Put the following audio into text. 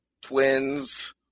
Twins